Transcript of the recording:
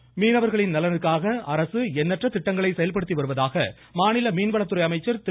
ஜெயக்குமார் மீனவர்களின் நலனுக்காக அரசு எண்ணற்ற திட்டங்களை செயல்படுத்தி வருவதாக மாநில மீன்வளத்துறை அமைச்சர் திரு